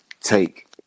take